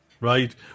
Right